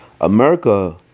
America